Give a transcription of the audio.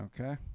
Okay